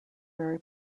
very